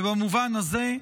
ובמובן הזה,